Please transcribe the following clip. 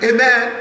Amen